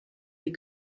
die